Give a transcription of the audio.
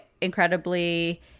incredibly